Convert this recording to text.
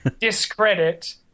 Discredit